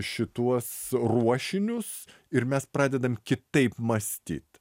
šituos ruošinius ir mes pradedam kitaip mąstyt